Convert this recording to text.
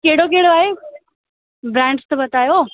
कहिड़ो कहिड़ो आहे ब्रांड्स त बतायो